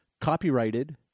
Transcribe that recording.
copyrighted